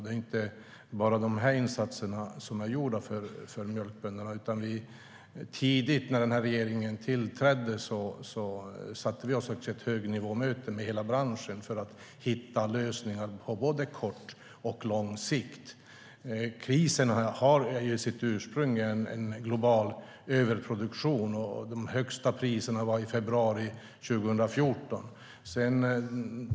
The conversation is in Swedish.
Det är inte bara dessa insatser som gjorts för dem, utan när regeringen tillträde satte vi oss tidigt i ett högnivåmöte med hela branschen för att hitta lösningar på både kort och lång sikt. Krisen har sitt ursprung i en global överproduktion. De högsta priserna fanns i februari 2014.